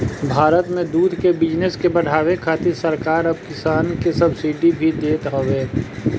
भारत में दूध के बिजनेस के बढ़ावे खातिर सरकार अब किसानन के सब्सिडी भी देत हवे